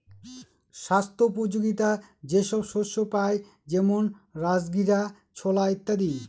স্বাস্থ্যোপযোগীতা যে সব শস্যে পাই যেমন রাজগীরা, ছোলা ইত্যাদি